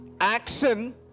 action